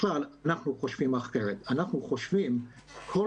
כלל אנחנו חושבים אחרת אנחנו חושבים שככל